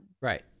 Right